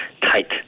tight